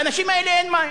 לאנשים האלה אין מים.